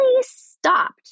stopped